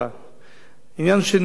עניין שני, השוויון.